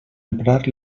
emprar